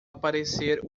parecer